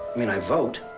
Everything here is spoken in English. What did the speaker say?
i mean i vote.